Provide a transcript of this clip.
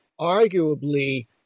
arguably